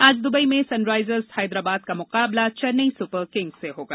आज दुबई में सनराइजर्स हैदराबाद का मुकाबला चेन्नई सुपरकिंग्स से होगा